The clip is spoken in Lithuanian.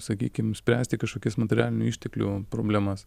sakykim spręsti kažkokias materialinių išteklių problemas